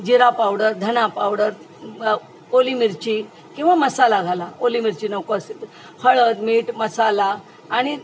जिरा powder धना powder ओली मिरची किंवा मसाला घाला ओली मिरची नकोअसेल तर हळद मीठ मसाला आणि